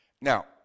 Now